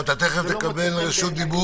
אתה לא יכול לבוא בטענות שזה